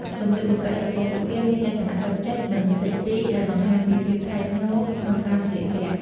សម្លៀកបំពាក់របស់ពួកគេមានលក្ខណៈបិទជិត មិនស៊ិចស៊ី ដែលបង្ហាញពីភាពថ្លៃថ្នូរក្នុងការស្លៀកពាក់។